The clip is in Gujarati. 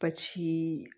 પછી